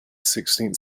sixteenth